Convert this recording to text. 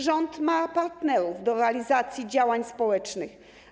Rząd ma partnerów do realizacji działań społecznych.